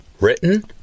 Written